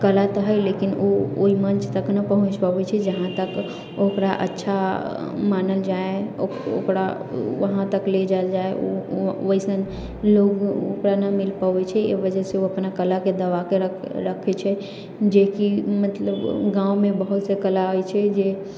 कला तऽ है लेकिन उ ओहि मञ्च तक नहि पहुँचि पाबै छै जहाँ तक ओकरा अच्छा मानल जाइ ओकरा वहाँ तक ले जायल जाइ वैसन लोक ओकरा नहि मिल पाबै छै एहि वजहसँ ओ अपना कलाके दबाके रखै छै जेकि मतलब गाँवमे बहुतसँ कला होइ छै जे